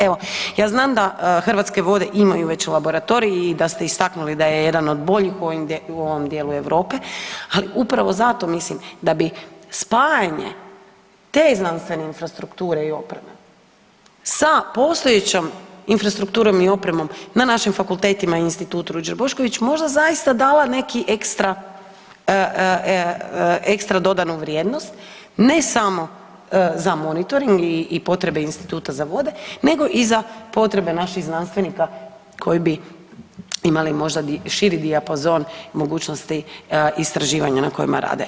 Evo, ja znam da Hrvatske vode imaju već laboratorij i da ste istaknuli da je jedan od boljih u ovom djelu Europe, ali upravo zato mislim da bi spajanje te znanstvene infrastrukture i opreme sa postojećom infrastrukturom i opremom na našim fakultetima i Institut Ruđer Bošković, možda zaista dala neki ekstra dodanu vrijednost, ne samo za monitoring i potrebe instituta za vode, nego i za potrebe naših znanstvenika koji bi imali možda širi dijapazon mogućnosti istraživanja na kojima rade.